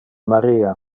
maria